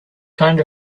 kind